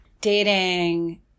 dating